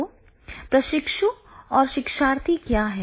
तो प्रशिक्षु और शिक्षार्थी क्या हैं